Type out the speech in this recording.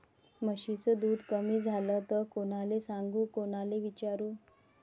म्हशीचं दूध कमी झालं त कोनाले सांगू कोनाले विचारू?